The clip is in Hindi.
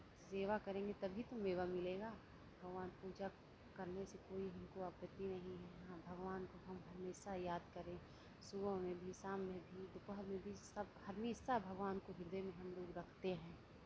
सेवा करेंगे तभी तो मेवा मिलेगा भगवान पूजा करने से कोई हमको आपत्ति नहीं है हाँ भगवान को हम हमेशा याद करें सुबह में भी शाम में भी दोपहर में भी सब हमेशा भगवान को ह्रदय में हमलोग रखते हैं